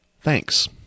Thanks